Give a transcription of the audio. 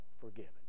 forgiven